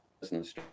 business